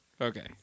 Okay